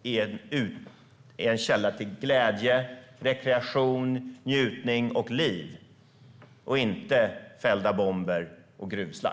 ska vara en källa till glädje, rekreation, njutning och liv, inte fällda bomber och gruvslagg.